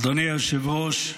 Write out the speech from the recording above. אדוני היושב-ראש,